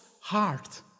heart